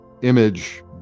image